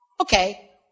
Okay